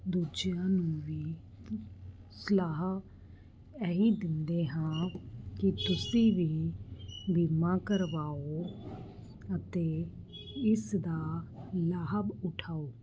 ਦੂਜਿਆਂ ਨੂੰ ਵੀ ਸਲਾਹ ਇਹੀ ਦਿੰਦੇ ਹਾਂ ਕਿ ਤੁਸੀਂ ਵੀ ਬੀਮਾ ਕਰਵਾਓ ਅਤੇ ਇਸ ਦਾ ਲਾਭ ਉਠਾਓ